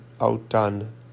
outdone